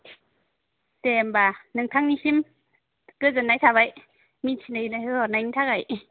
दे होम्बा नोंथांनिसिम गोजोन्नाय थाबाय मिथिनाय होहरनायनि थाखाय